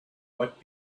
what